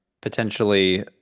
potentially